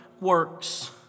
works